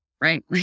Right